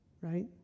Right